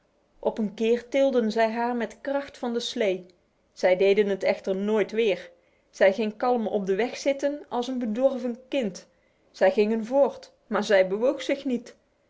op een keer tilden zij haar met kracht van de slee zij deden het echter nooit weer zij ging kalm op de weg zitten als een bedorven kind zij gingen voort maar zij bewoog zich niet